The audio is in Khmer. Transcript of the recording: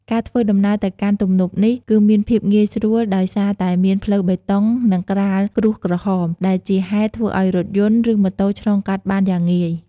ការធ្វើដំណើរទៅកាន់ទំនប់នេះ គឺមានភាពងាយស្រួលដោយសារតែមានផ្លូវបេតុង និងក្រាលក្រួសក្រហម ដែលជាហេតុធ្វើឲ្យរថយន្ត ឬម៉ូតូឆ្លងកាត់បានយ៉ាងងាយ។